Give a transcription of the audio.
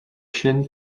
chaînes